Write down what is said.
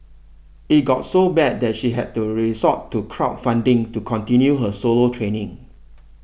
it got so bad that she had to resort to crowd funding to continue her solo training